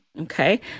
Okay